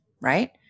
right